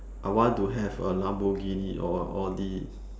I want to have a Lamborghini or a Audi